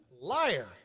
Liar